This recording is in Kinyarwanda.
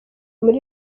muri